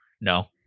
No